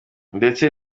ndetse